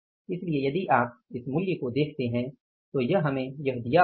इसलिए यदि आप इस मूल्य को देखते हैं तो यह हमे यह दिया हुआ है